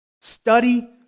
study